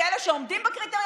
כאלה שעומדים בקריטריונים,